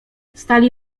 stali